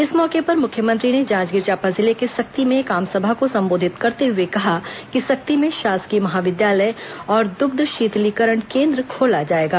इस मौके पर मुख्यमंत्री ने जांजगीर चांपा जिले के सक्ती में एक आमसभा को संबोधित करते हुए कहा कि सक्ती में शासकीय महाविद्यालय और दुग्ध शीतलीकरण केन्द्र खोला जाएगा